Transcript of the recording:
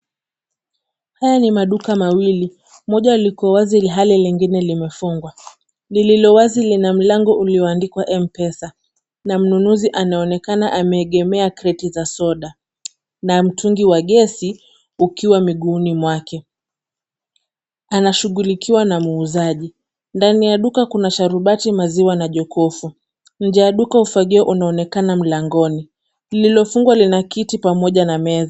Haya ni maduka mawili. Moja liko wazi ilhali lingine limefungwa. Lililo wazi lina mlango uliyoandikwa M-pesa, na mnunuzi anaonekana ameegemea kreti za soda na mtungi wa gesi ukiwa miguuni mwake. Anashughulikiwa na muuzaji. Ndani ya duka kuna sharubati, maziwa na jokofu. Nje ya duka ufagio unaonekana mlangoni. Lililofungwa lina kiti pamoja na meza.